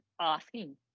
asking